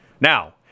Now